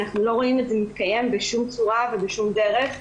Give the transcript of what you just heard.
אנחנו לא רואים את זה מתקיים בשום צורה ובשום דרך.